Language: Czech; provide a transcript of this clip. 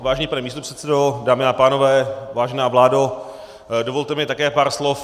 Vážený pane místopředsedo, dámy a pánové, vážená vládo, dovolte mi také pár slov.